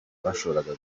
bashoboraga